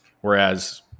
Whereas